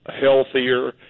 healthier